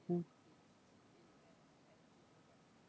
mm